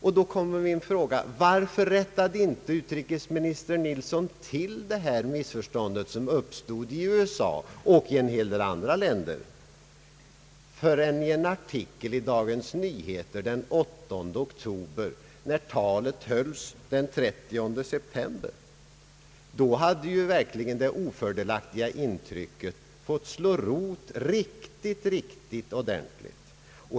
Min fråga är då: Varför rättade inte utrikesminister Nilsson till detta missförstånd som uppstod i USA och en hel del andra länder förrän i en artikel i Dagens Nyheter den 8 oktober, när talet hölls den 30 september? Då hade verkligen det ofördelaktiga intrycket fått slå rot riktigt ordentligt.